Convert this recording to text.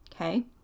Okay